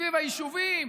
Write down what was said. סביב היישובים.